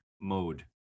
mode